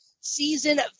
Season